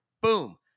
Boom